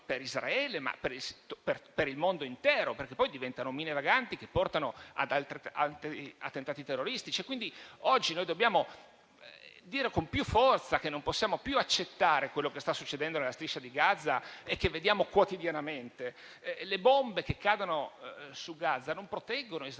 per Israele, ma per il mondo intero, perché poi questi orfani diventano mine vaganti, che portano ad altri attentati terroristici. Quindi, oggi noi dobbiamo dire con più forza che non possiamo più accettare quanto sta succedendo nella Striscia di Gaza e che vediamo quotidianamente. Le bombe che cadono su Gaza non proteggono Israele.